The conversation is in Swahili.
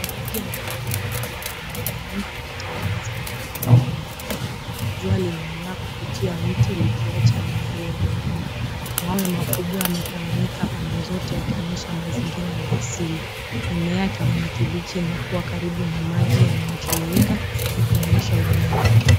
Maji yanateremka kutoka kwenye miamba yakitengeneza maporomoko madogo. Jua linang'aa kupitia mti likiacha miale ya mwanga. Mwamba makubwa yametawanyika pande zote yakionyesha mazingira ya asili. Mimea ya kijani kibichi inakuwa karibu na maji yanayotiririka ikionyesha unyevu.